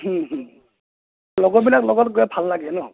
লগৰবিলাক লগত গৈ ভাল লাগে ন